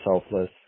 selfless